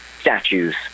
statues